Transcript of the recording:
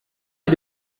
est